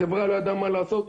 החברה לא ידעה מה לעשות,